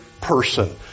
person